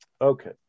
Okay